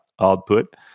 output